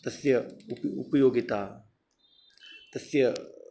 तस्य उप उपयोगिता तस्य